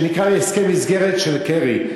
שנקרא הסכם מסגרת של קרי.